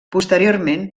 posteriorment